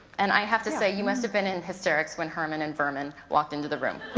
and i have to say, you must have been in histerics when herman and vermin walked into the room.